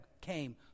came